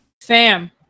Fam